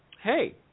hey